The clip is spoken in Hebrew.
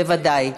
בוודאי.